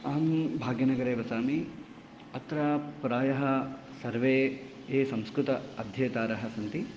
अहं भाग्यनगरे वसामि अत्र प्रायः सर्वे ये संस्कृत अध्येतारः सन्ति